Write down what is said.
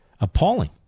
appalling